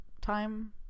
time